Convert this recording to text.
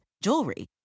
Jewelry